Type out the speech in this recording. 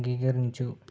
అంగీకరించు